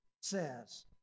says